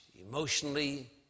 emotionally